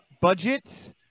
budgets